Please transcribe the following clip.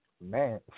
Man